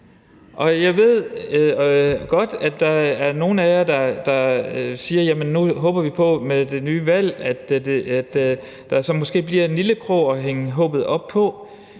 Jeg ved godt, at der er nogle af jer, der siger: Nu håber vi på, at der med det kommende valg måske bliver en lille krog at hænge håbet op på.